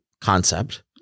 concept